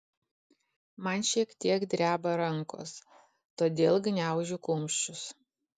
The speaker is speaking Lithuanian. man šiek tiek dreba rankos todėl gniaužiu kumščius